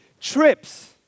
trips